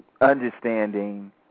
understanding